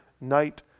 night